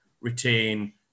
retain